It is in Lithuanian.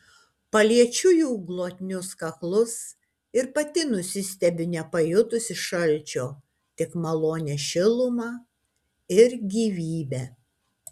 paliečiu jų glotnius kaklus ir pati nusistebiu nepajutusi šalčio tik malonią šilumą ir gyvybę